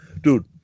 dude